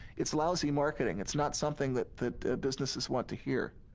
it's lousy marketing, it's not something that that businesses want to hear.